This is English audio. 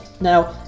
Now